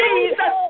Jesus